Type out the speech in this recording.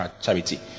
charity